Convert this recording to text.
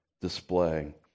display